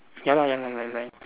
ya lah ya lah like like